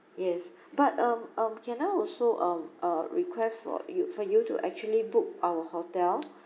yes but um um can I also um uh request for you for you to actually book our hotel